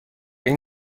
این